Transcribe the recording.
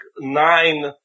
nine